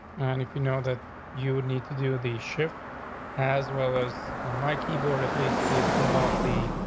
and if you know that you need to do the ship as well as on my keyboard at least is some um ah of the,